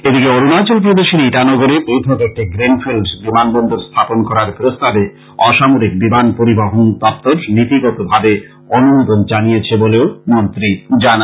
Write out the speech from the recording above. এদিকে অরুনাচল প্রদেশের ইটানগরে পথক একটি গ্রীনফিন্ড বিমান বন্দর স্থাপন করার প্রস্তাবে অসামরিক বিমান পরিবহন দপ্তর নীতিগতভাবে অনুমোদন জানিয়েছে বলেও মন্ত্রী আর জানান